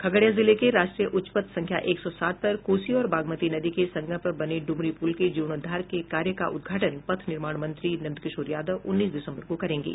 खगड़िया जिले के राष्ट्रीय उच्चपथ संख्या एक सौ सात पर कोसी और बागमती नदी के संगम पर बने ड्मरी पूल के जीर्णोद्वार के कार्य का उद्घाटन पथ निर्माण मंत्री नंदकिशोर यादव उन्नीस दिसम्बर को करेंगे